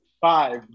Five